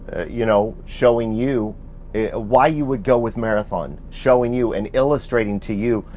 you know showing you why you would go with marathon. showing you and illustrating to you,